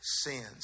sins